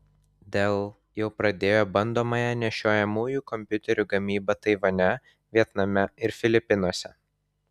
dell jau pradėjo bandomąją nešiojamųjų kompiuterių gamybą taivane vietname ir filipinuose